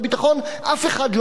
אף אחד לא יהיה אחראי.